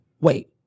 wait